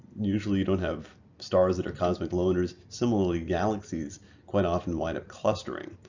usually you don't have stars that are cosmic loners. similarly galaxies quite often wind up clustering.